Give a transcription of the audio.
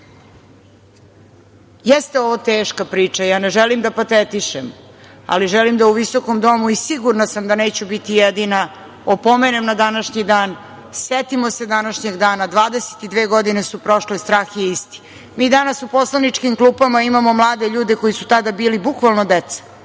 majka. Jeste ovo teška priča, ja ne želim da patetišem, ali želim da u visokom domu i sigurna sam da neću biti jedina, opomenem na današnji dan. Setimo se današnjeg dana, 22 godine su prošle, strah je isti. Mi danas u poslaničkim klupama imamo mlade ljude koji su tada bili bukvalno deca.